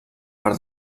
per